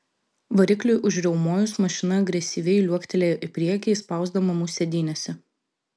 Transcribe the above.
varikliui užriaumojus mašina agresyviai liuoktelėjo į priekį įspausdama mus sėdynėse